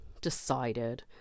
decided